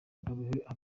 impanuka